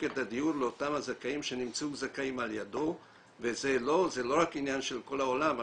את הדיור לאותם הזכאים שנמצאו זכאים על ידו וזה לא רק עניין של כל העולם,